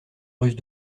russe